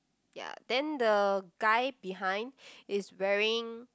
ya then the guy behind is wearing